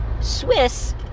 Swiss